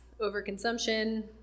overconsumption